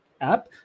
app